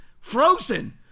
frozen